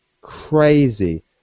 Crazy